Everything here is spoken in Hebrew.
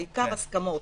העיקר זה הסכמות,